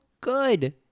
good